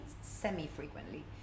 semi-frequently